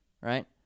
right